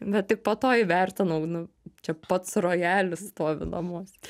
bet tik po to įvertinau nu čia pats rojalis stovi namuose